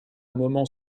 moment